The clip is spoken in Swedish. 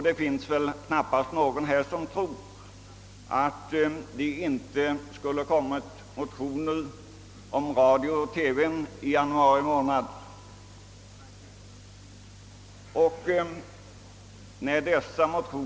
Det finns väl ingen här som tror att det inte skulle ha väckts nya motioner om radio och TV i januari månad, om ärendets behandling hade uppskjutits till vårriksdagen.